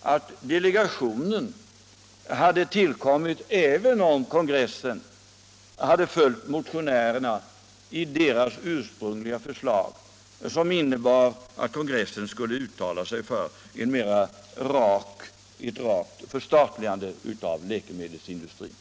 att delegationen hade tillkommit även om kongressen följt motionärernas ursprungliga förslag, som innebar att kongressen skulle uttala sig för ett rakt förstatligande av läkemedelsindustrin.